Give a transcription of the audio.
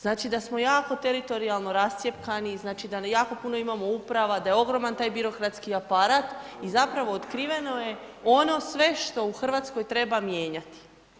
Znači da smo jako teritorijalno rascjepkani, znači da jako puno imamo uprava, da je ogroman taj birokratski aparat i zapravo otkriveno je ono sve što u Hrvatskoj treba mijenjati.